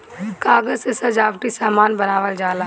कागज से सजावटी सामान बनावल जाला